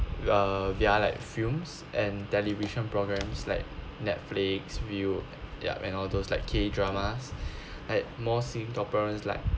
uh they are like films and television programs like netflix youtube ya and all those like k dramas at more singaporeans like